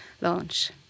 Launch